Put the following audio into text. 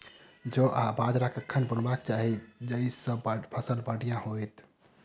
जौ आ बाजरा कखन बुनबाक चाहि जँ फसल बढ़िया होइत?